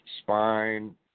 spine